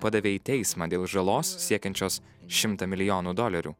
padavė į teismą dėl žalos siekiančios šimtą milijonų dolerių